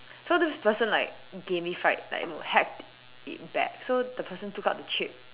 so this person like gamified like hacked it back so the person took out the chip